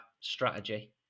strategy